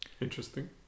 Interesting